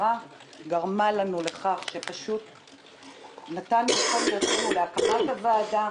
התקצרה גרמה לנו לכך שפשוט נתנו את כל מרצנו להקמת הוועדה.